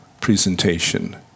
presentation